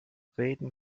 reden